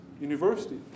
University